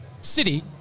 city